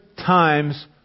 times